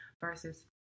versus